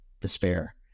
despair